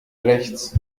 rechts